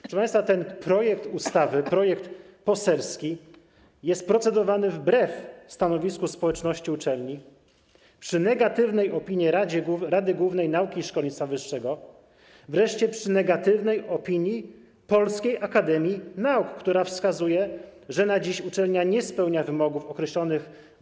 Proszę państwa, ten projekt ustawy, projekt poselski, jest procedowany wbrew stanowisku społeczności uczelni, przy negatywnej opinii Rady Głównej Nauki i Szkolnictwa Wyższego, wreszcie przy negatywnej opinii Polskiej Akademii Nauk, która wskazuje, że na dziś uczelnia nie spełnia wymogów określonych w